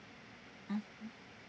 mmhmm